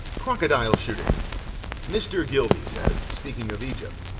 crocodile-shooting mr. gilby says, speaking of egypt,